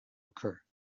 occur